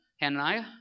Hananiah